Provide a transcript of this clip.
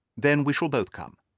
then we shall both come.